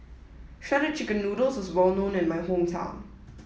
shredded chicken noodles is well known in my hometown